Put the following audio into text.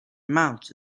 amounts